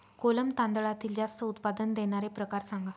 कोलम तांदळातील जास्त उत्पादन देणारे प्रकार सांगा